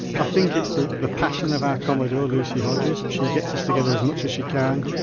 ah think it's the the passion of our commodore, lucy hodges, she gets us together as much as she can.